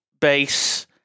base